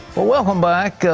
welcome back.